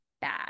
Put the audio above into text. bad